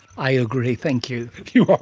i agree. thank you. you are